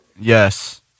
Yes